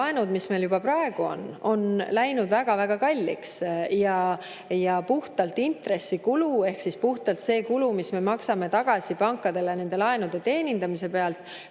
mis meil juba praegu on, on läinud väga-väga kalliks. Puhtalt intressikulu ehk puhtalt see kulu, mis me maksame tagasi pankadele nende laenude teenindamise [eest],